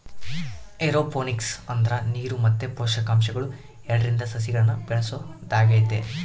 aeroponics ಅಂದ್ರ ನೀರು ಮತ್ತೆ ಪೋಷಕಾಂಶಗಳು ಎರಡ್ರಿಂದ ಸಸಿಗಳ್ನ ಬೆಳೆಸೊದಾಗೆತೆ